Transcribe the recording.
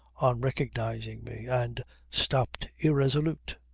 on recognizing me, and stopped irresolute.